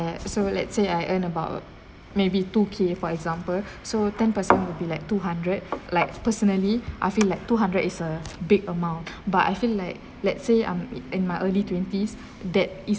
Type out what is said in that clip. so let's say I earn about maybe two K for example so ten percent will be like two hundred like personally I feel like two hundred is a big amount but I feel like let's say I'm it in my early twenties that is